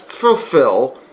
fulfill